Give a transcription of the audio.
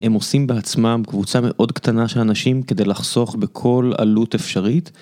הם עושים בעצמם קבוצה מאוד קטנה של אנשים כדי לחסוך בכל עלות אפשרית.